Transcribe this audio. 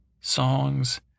Songs